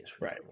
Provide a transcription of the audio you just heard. Right